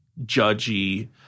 judgy